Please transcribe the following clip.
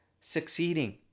succeeding